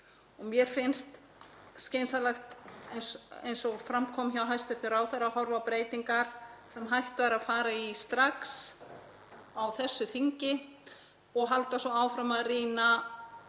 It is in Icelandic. og mér finnst skynsamlegt, eins og fram kom hjá hæstv. ráðherra, að horfa á breytingar sem hægt væri að fara í strax á þessu þingi og halda svo áfram að rýna